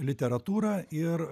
literatūrą ir